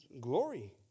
glory